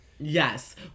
yes